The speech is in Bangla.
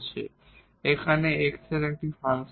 এখানে এটি x এর একটি ফাংশন